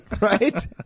right